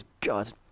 god